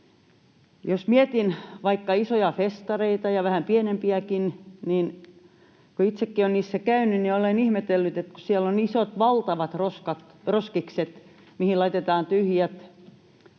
Jos mietin vaikka isoja festareita ja vähän pienempiäkin, kun itsekin olen niissä käynyt, niin olen ihmetellyt, että kun siellä on isot, valtavat roskikset, joihin laitetaan tyhjät